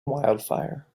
wildfire